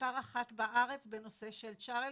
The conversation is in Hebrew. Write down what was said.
כמספר אחת בארץ בנושא של צ'רלטון,